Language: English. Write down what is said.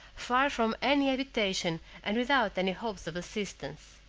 far from any habitation, and without any hopes of assistance.